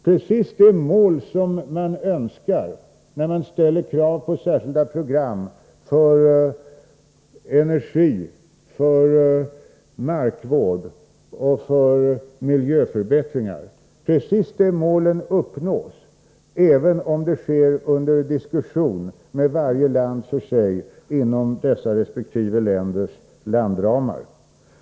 Precis de mål som man har när man ställer krav på särskilda program för energi, för markvård och för miljöförbättring uppnås, även om det sker under diskussion med varje land för sig inom resp. länders landramar.